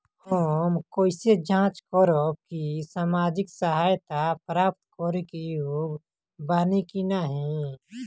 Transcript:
हम कइसे जांच करब कि सामाजिक सहायता प्राप्त करे के योग्य बानी की नाहीं?